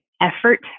effort